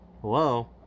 Hello